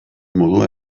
modua